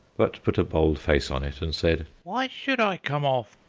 but put a bold face on it and said, why should i come off?